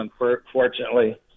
unfortunately